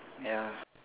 ya